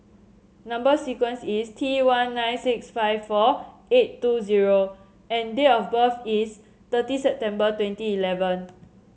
number sequence is T one nine six five four eight two zero and date of birth is thirty September twenty eleven